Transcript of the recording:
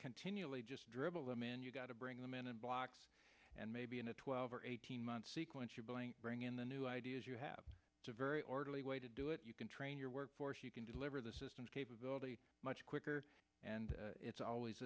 continually just dribble a man you've got to bring them in and blocks and maybe in a twelve or eighteen months sequence you blank bring in the new ideas you have a very orderly way to do it you can train your workforce you can deliver the systems capability much quicker and it's always